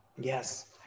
Yes